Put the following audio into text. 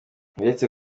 uretse